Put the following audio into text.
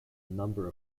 number